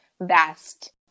vast